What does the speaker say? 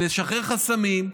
לשחרר חסמים,